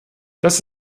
das